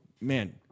Man